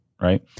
right